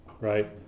Right